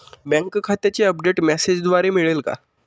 Bank खात्याचे update मेसेजद्वारे मिळेल का?